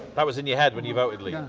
that was in your head when you voted leave?